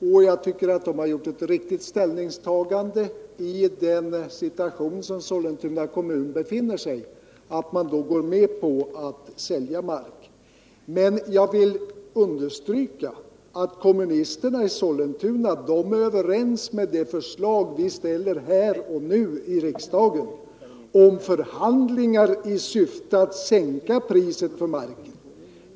Och jag tycker att deras ställningstagande är riktigt. I den situation som Sollentuna kommun nu befinner sig i tycker jag det är i sin ordning att man går med på att sälja mark. Men jag vill understryka att kommunisterna i Sollentuna tillstyrker det förslag vi nu ställer i riksdagen om förhandlingar i syfte att sänka priset på marken.